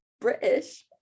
British